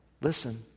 listen